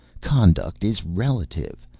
conduct is relative.